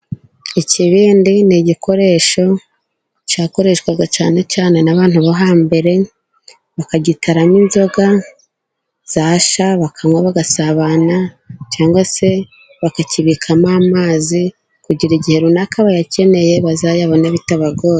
Ikibende ni igikoresho cyakoreshwa cyane cyane n'abantu bo hambere. Bakagitaramo inzoga. Zashya bakanywa bagasabana cyangwa se bakakibikamo amazi kugira igihe runaka bayakeneye bazayabona bitabagoye.